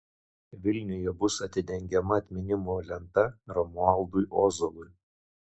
vilniuje bus atidengiama atminimo lenta romualdui ozolui